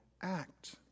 act